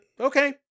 okay